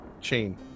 chain